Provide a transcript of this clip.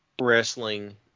wrestling